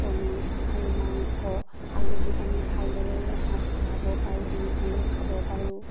কণী আৰু মাংস আলহীক আমি ভালদৰে এসাঁজ খুৱাব পাৰোঁ নিজেও খাব পাৰোঁ